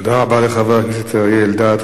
תודה רבה לחבר הכנסת אריה אלדד.